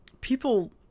People